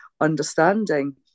understanding